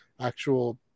actual